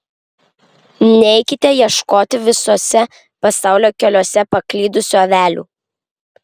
neikite ieškoti visuose pasaulio keliuose paklydusių avelių